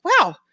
Wow